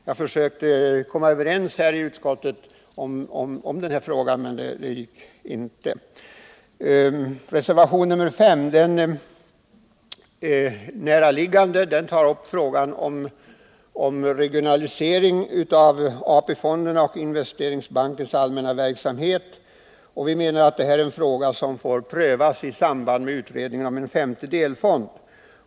Jag försökte åstadkomma enighet i utskottet om den här frågan, men det gick tyvärr inte. Reservationen 5 är näraliggande. Den tar upp frågan om regionalisering av AP-fondernas och Investeringsbankens allmänna verksamhet. Vi menar att det är en fråga som prövas i samband med utredningen om en femte delfond.